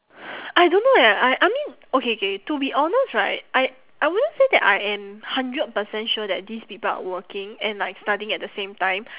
I don't know eh I I mean okay K to be honest right I I wouldn't say that I am hundred percent sure that these people are working and like studying at the same time